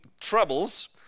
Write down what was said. troubles